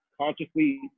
consciously